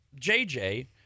JJ